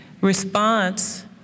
response